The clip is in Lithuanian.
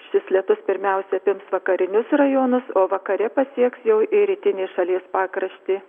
šis lietus pirmiausia apims vakarinius rajonus o vakare pasieks jau ir rytinį šalies pakraštį